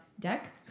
deck